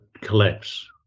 collapse